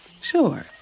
sure